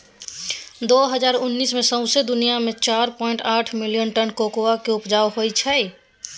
दु हजार उन्नैस मे सौंसे दुनियाँ मे चारि पाइंट आठ मिलियन टन कोकोआ केँ उपजा होइ छै